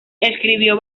escribió